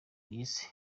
yise